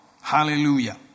Hallelujah